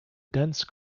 dense